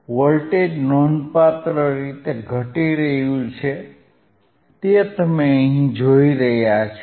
voltage નોંધપાત્ર રીતે ઘટી રહ્યું છે તે તમે જોઇ શકો છો